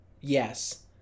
Yes